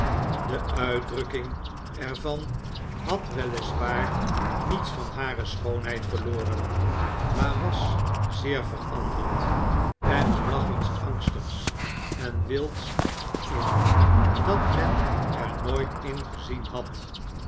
de uitdrukking er van had wel is waar niets van hare schoonheid verloren maar was zeer veranderd en er lag iets angstigs en wilds in dat men er nooit in gezien had